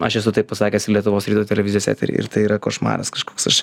aš esu taip pasakęs lietuvos ryto televizijos eteryje ir tai yra košmaras kažkoks aš